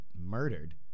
murdered